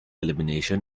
elimination